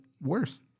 worse